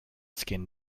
skin